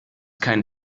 kein